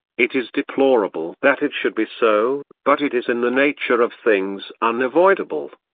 it is deplorable that it should be so, but it is in the nature of things unavoidable.